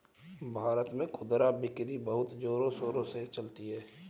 भारत में खुदरा बिक्री बहुत जोरों शोरों से चलती है